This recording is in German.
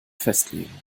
festlegen